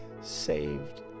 saved